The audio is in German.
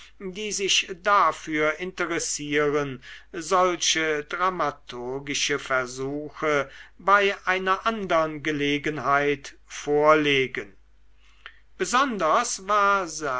die sich dafür interessieren solche dramaturgische versuche bei einer andern gelegenheit vorlegen besonders war